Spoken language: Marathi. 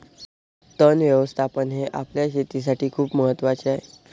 तण व्यवस्थापन हे आपल्या शेतीसाठी खूप महत्वाचे आहे